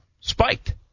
spiked